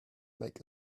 make